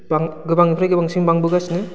गोबांनिफ्राय गोबांसिन बांबोगासिनो